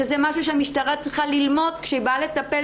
שזה משהו שהמשטרה צריכה ללמוד כשהיא באה לטפל